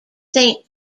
saint